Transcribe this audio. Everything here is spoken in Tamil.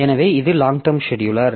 எனவே இது லாங் டெர்ம் செடியூலர்